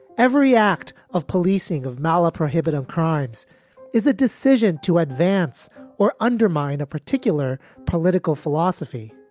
every act of policing of marla prohibit, um, crimes is a decision to advance or undermine a particular political philosophy.